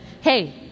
hey